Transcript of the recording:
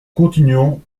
continuons